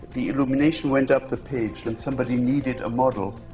the illumination went up the page and somebody needed a model